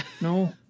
No